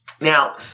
Now